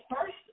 first